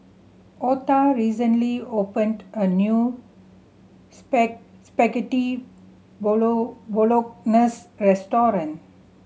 Otha recently opened a new Spaghetti Bolognese restaurant